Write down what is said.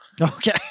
Okay